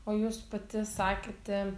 o jūs pati sakėte